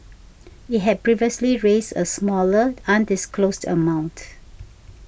it had previously raised a smaller undisclosed amount